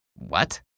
what?